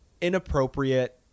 inappropriate